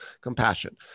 compassion